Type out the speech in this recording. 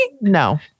No